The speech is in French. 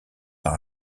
par